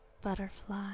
butterfly